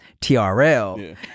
trl